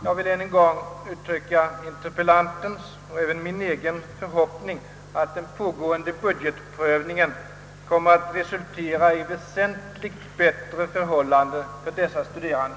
Jag vill än en gång uttrycka interpellantens och min egen förhoppning att den pågående budgetprövningen kommer att resultera i väsentligt förbättrade förhållanden för dessa studerande.